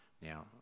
Now